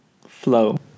flow